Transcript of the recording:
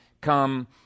come